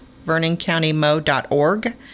VernonCountyMo.org